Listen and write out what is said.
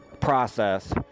process